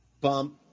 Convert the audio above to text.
bump